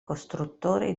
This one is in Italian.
costruttore